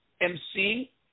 MC